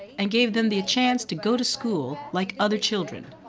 and gave them the chance to go to school like other children.